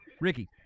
Ricky